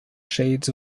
shades